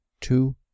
two